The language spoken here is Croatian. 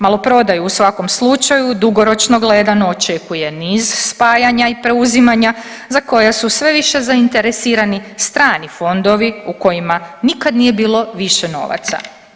Maloprodaju u svakom slučaju dugoročno gledano očekuje niz spajanja i preuzimanja za koja su sve više zainteresirani strani fondovi u kojima nikad nije bilo više novaca.